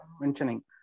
mentioning